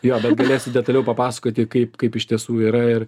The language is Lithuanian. jo bet galėsiu detaliau papasakoti kaip kaip iš tiesų yra ir